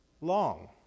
Long